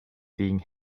thing